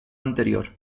anterior